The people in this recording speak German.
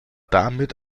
damit